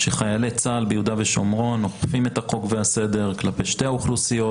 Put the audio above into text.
שחיילי צה"ל ביהודה ושומרון אוכפים את החוק והסדר כלפי שתי האוכלוסיות,